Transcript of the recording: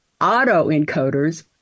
auto-encoders